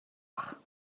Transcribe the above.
байх